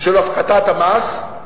של הפחתת המס,